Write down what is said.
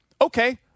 Okay